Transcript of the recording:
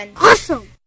Awesome